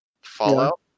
Fallout